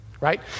right